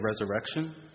resurrection